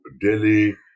Delhi